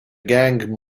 gang